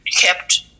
kept